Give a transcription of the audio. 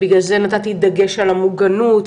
בגלל זה נתתי דגש על המוגנות,